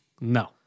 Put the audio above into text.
No